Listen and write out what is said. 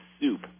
soup